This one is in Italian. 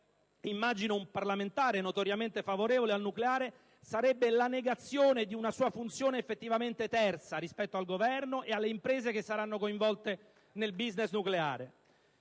Governo - un parlamentare notoriamente favorevole al nucleare (come immagino) sarebbe la negazione di una sua funzione effettivamente terza rispetto al Governo e alle imprese che saranno coinvolte nel *business* nucleare.